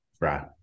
Right